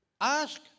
ask